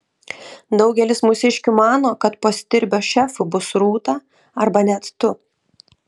daugelis mūsiškių mano kad po stirbio šefu bus rūta arba net tu